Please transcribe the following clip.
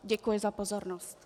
Děkuji za pozornost.